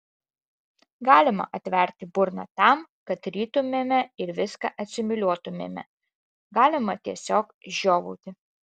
galima atverti burną tam kad rytumėme ir viską asimiliuotumėme galima tiesiog žiovauti